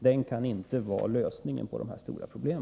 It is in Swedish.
Den kan inte vara lösningen på Bergslagens stora problem.